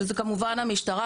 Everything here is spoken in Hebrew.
שזה כמובן המשטרה,